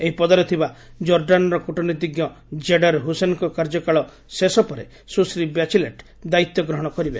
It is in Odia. ଏହି ପଦରେ ଥିବା କୋର୍ଡାନ୍ର କ୍ଟନୀତିଜ୍ଞ ଜେଡ୍ ଆର୍ ହୁସେନଙ୍କ କାର୍ଯ୍ୟକାଳ ଶେଷ ପରେ ସୁଶ୍ରୀ ବ୍ୟାଚିଲେଟ୍ ଦାୟିତ୍ୱ ଗ୍ରହଣ କରିବେ